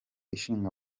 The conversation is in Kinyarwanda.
ishinga